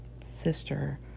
sister